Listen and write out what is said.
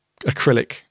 acrylic